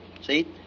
see